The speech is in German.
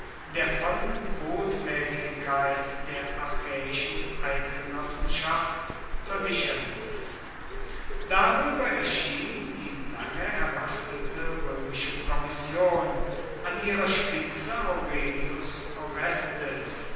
der vollen botmäßigkeit der achäischen eidgenossenschaft versichern ließ darüber erschien die lange erwartete römische kommission an ihrer spitze aurelius orestes